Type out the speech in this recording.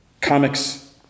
Comics